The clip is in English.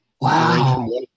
Wow